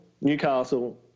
Newcastle